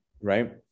right